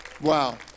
Wow